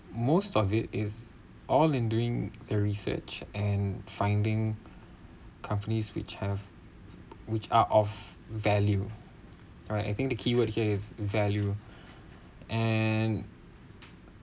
most of it is all in doing their research and finding companies which have which are of value I think the keyword here is value and